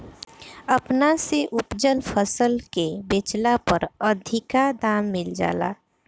अपना से उपजल फसल के बेचला पर अधिका दाम मिल जाला